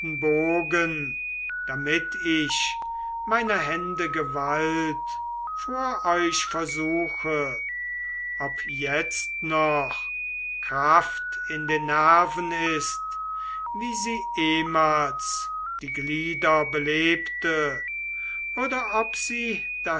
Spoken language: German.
damit ich meiner hände gewalt vor euch versuche ob jetzt noch kraft in den nerven ist wie sie ehmals die glieder belebte oder ob sie